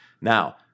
Now